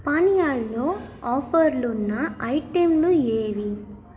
పానీయాలలో ఆఫర్లు ఉన్న ఐటెంలు ఏవి